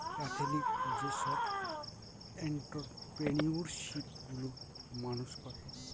ethnic যেসব entrepreneurship গুলো মানুষ করে